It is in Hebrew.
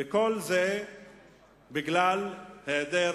וכל זה בגלל העדר